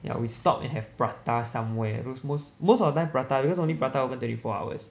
ya we stop and have prata somewhere mo~ most most of the time prata because only prata open twenty four hours